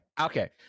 okay